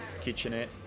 kitchenette